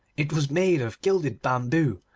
it was made of gilded bamboo,